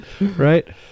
right